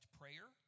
prayer